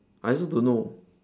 I also don't know